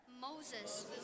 Moses